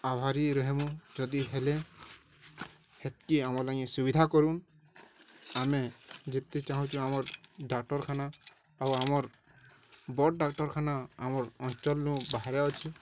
ଆଭାରି ରହେମୁ ଯଦି ହେଲେ ହେତ୍କି ଆମର ଲାଗି ସୁବିଧା କରୁନ୍ ଆମେ ଯେତେ ଚାହୁଁଛୁ ଆମର୍ ଡ଼ାକ୍ଟରଖାନା ଆଉ ଆମର୍ ବଡ଼ ଡ଼ାକ୍ଟରଖାନା ଆମର୍ ଅଞ୍ଚଳରୁ ବାହାରେ ଅଛେ